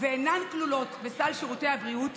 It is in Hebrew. ואינן כלולות בסל שירותי הבריאות,